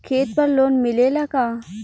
खेत पर लोन मिलेला का?